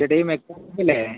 ചേട്ടാ ഈ മെക്കാനിക്കല്ലേ